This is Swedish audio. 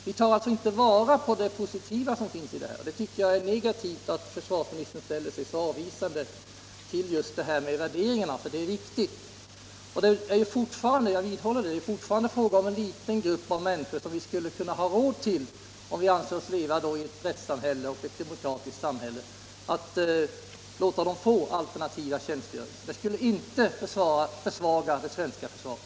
Vi tar alltså inte vara på det positiva här, och det är synd att försvarsministern ställer sig så avvisande till detta med värderingarna. Det är fråga om en liten grupp människor. Vi skulle i ett rättssamhälle som vårt kunna ha råd att ge dessa människor alternativ tjänstgöring. Det skulle inte försvaga det svenska försvaret.